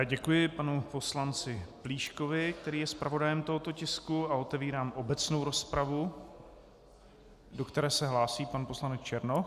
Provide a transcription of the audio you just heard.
Děkuji panu poslanci Plíškovi, který je zpravodajem tohoto tisku, a otevírám obecnou rozpravu, do které se hlásí pan poslanec Černoch.